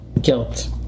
guilt